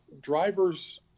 drivers